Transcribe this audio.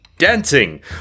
dancing